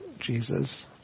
Jesus